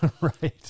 Right